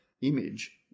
image